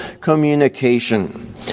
communication